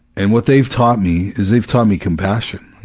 and what they've taught me, is they've taught me compassion.